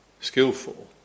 skillful